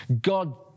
God